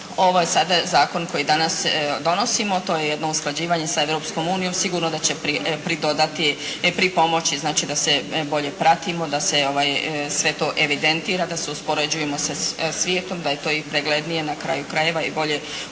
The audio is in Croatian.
ovo je sada zakon koji danas donosimo. To je jedno usklađivanje sa Europskom unijom, sigurno da će pridodati, pripomoći da se bolje pratimo, da se sve to evidentira, da se uspoređujemo sa svijetom, da je to i preglednije na kraju krajeva i bolje uređeno